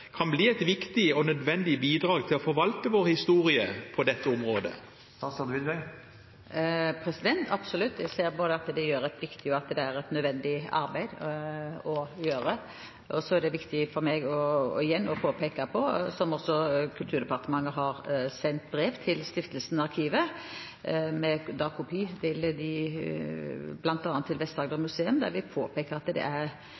kan bli et viktig og nødvendig bidrag til å forvalte vår historie på dette området? Det ser jeg absolutt. Jeg ser at de gjør et både viktig og nødvendig arbeid. Så er det viktig for meg igjen å peke på at Kulturdepartementet har sendt brev til Stiftelsen Arkivet med kopi til bl.a. Vest-Agder-museet, der vi påpeker at det er